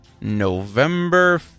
November